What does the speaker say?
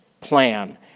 plan